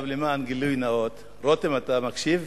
למען גילוי נאות, רותם, אתה מקשיב?